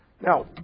Now